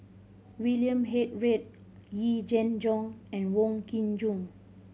William Head Read Yee Jenn Jong and Wong Kin Jong